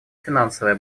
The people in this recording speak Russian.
финансовая